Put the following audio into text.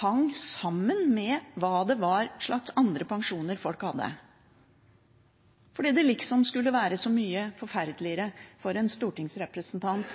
hang sammen med hva slags pensjoner andre folk hadde, fordi det liksom skulle være så mye mer forferdelig for en stortingsrepresentant